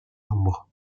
nombres